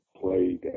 played